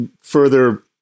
further